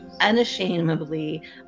Unashamedly